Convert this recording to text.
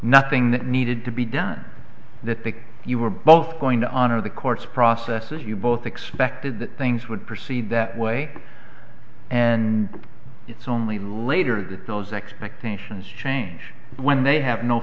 nothing that needed to be done that they you were both going to honor the court's process as you both expected that things would proceed that way and it's only later that those expectations change when they have no